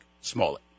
Smollett